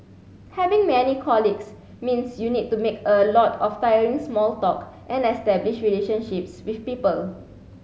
having many colleagues means you need to make a lot of tiring small talk and establish relationships with people